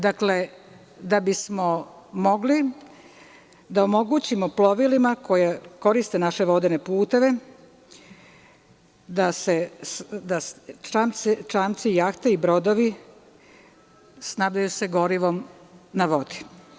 Dakle, da bismo mogli da omogućimo plovilima koji koriste naše vodene puteve da čamce, jahte i brodove snabdeju gorivom na vodi.